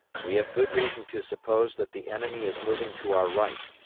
we have good reason to suppose that the enemy is moving to our right.